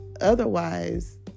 otherwise